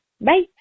bye